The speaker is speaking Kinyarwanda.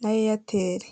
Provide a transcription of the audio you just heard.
na eyateri.